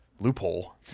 loophole